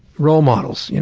role models. you know